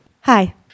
Hi